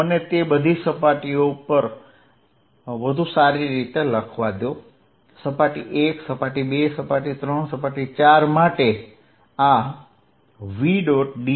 મને તે બધી સપાટીઓ ઉપર માટે વધુ સારી રીતે લખવા દો સપાટી 1 સપાટી 2 સપાટી 3 સપાટી 4 માટે આ v